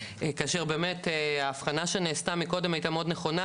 כאשר באמת האבחנה שנעשתה מקודם הייתה מאוד נכונה,